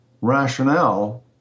rationale